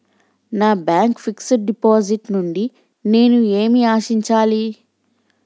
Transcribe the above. నా bank fixed deposit నుండి నేను ఏమి ఆశించాలి?